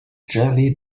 jelly